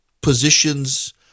positions